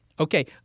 Okay